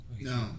No